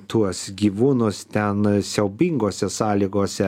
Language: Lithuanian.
tuos gyvūnus ten siaubingose sąlygose